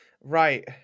Right